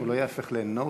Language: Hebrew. הוא לא ייהפך ל"נו-טיימר"?